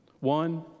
One